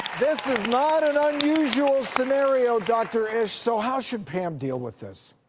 this is not an unusual scenario, dr. ish. so how should pam deal with this?